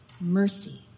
mercy